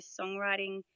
songwriting